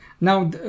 Now